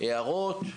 הארות?